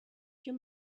your